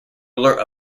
ruler